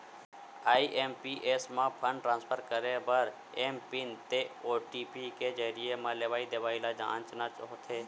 IMPS म fund transfer करे बर एमपिन ते ओ.टी.पी के जरिए म लेवइ देवइ ल जांचना होथे